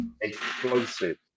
Explosive